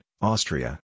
Austria